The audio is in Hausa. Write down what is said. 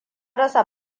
rasa